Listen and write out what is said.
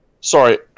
Sorry